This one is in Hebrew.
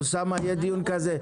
אוסאמה, יהיה דיון כזה.